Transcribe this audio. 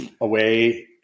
away